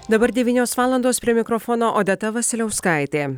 dabar devynios valandos prie mikrofono odeta vasiliauskaitė